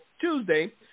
Tuesday